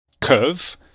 curve